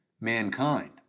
mankind